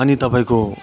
अनि तपाईँको